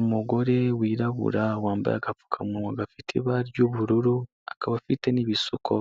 Umugore wirabura wambaye agapfukamunwa gafite ibara ry'ubururu, akaba afite n'ibisuko,